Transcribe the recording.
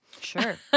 Sure